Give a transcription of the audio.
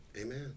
Amen